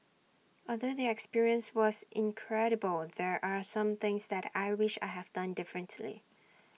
although the experience was incredible there are some things that I wish I have done differently